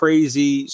Crazy